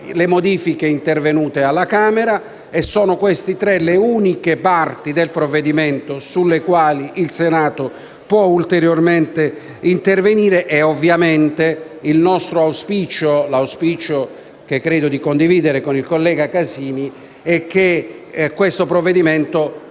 le modifiche intervenute alla Camera e sono queste tre le uniche parti del provvedimento sulle quali il Senato può ulteriormente intervenire. Ovviamente il nostro auspicio, che credo di condividere con il collega Casini, è che l'*iter* del provvedimento si concluda con